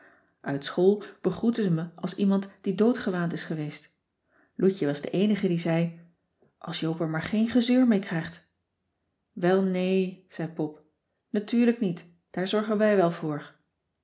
uit school begroetten ze me als iemand die doodgewaand is geweest loutje was de eenige die zei als joop er maar geen gezeur mee krijgt welnee zei pop natuurlijk niet daar zorgen wij wel voor